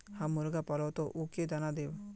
हम मुर्गा पालव तो उ के दाना देव?